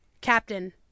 Captain